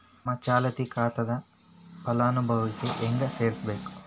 ನನ್ನ ಚಾಲತಿ ಖಾತಾಕ ಫಲಾನುಭವಿಗ ಹೆಂಗ್ ಸೇರಸಬೇಕು?